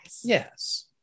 Yes